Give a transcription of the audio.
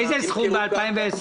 איזה סכום ב-2020?